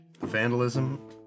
vandalism